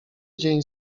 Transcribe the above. dzień